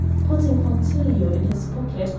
putting punctilio in his pocket,